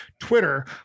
Twitter